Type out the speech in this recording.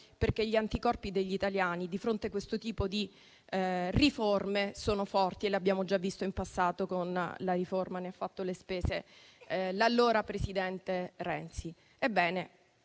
perché gli anticorpi degli italiani di fronte a questo tipo di riforme sono forti, come abbiamo già visto in passato con la riforma di cui ha fatto le spese l'allora presidente Renzi.